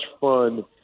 fun